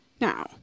Now